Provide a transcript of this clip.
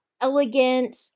elegant